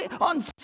On